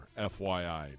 FYI